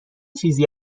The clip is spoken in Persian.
چیزی